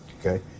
okay